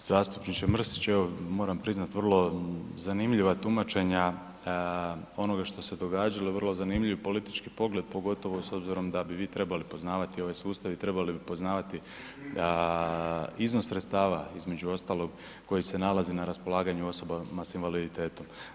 Pa, zastupniče Mrsić evo moram priznati vrlo zanimljiva tumačenja onoga što se događalo, vrlo zanimljiv politički pogled pogotovo s obzirom da bi vi trebali poznavati ovaj sustav i trebali bi poznavati da iznos sredstava između ostalog koji se nalazi na raspolaganju osobama s invaliditetom.